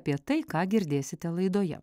apie tai ką girdėsite laidoje